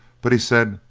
but he said,